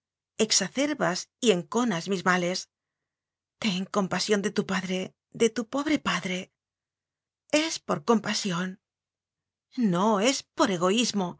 matar exacerbas y en conas mis males ten compasión de tu padre de tu pobre padre es por compasión no es por egoísmo tú